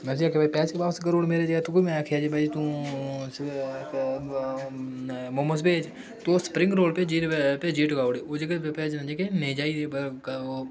में आक्खेआ भाई पैसे वापिस करी ओड़ मेरे जे में तुकी आक्खेआ कि मोमस भेज तू एह् स्प्रिंग रोल भेजियै टकाी ओड़े ओह् जेह्के पैसे